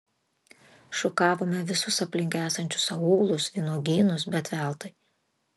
šukavome visus aplink esančius aūlus vynuogynus bet veltui